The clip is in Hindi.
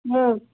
हाँ